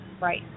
Right